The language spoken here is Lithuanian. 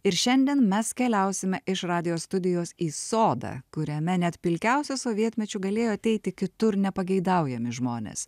ir šiandien mes keliausime iš radijo studijos į sodą kuriame net pilkiausiu sovietmečiu galėjo ateiti kitur nepageidaujami žmonės